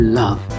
love